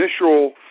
initial